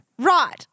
Right